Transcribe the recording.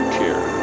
care